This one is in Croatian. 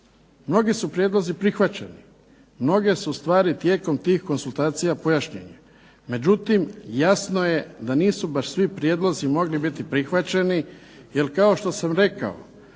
Mnogi su prijedlozi prihvaćeni. Mnoge su stvari tijekom tih konzultacija pojašnjene. Međutim, jasno je da nisu baš svi prijedlozi mogli biti prihvaćeni jer kao što sam rekao